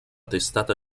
testata